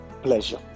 pleasure